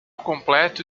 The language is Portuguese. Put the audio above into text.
completo